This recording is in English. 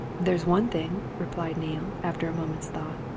there's one thing, replied neale, after a moment's thought.